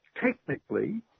technically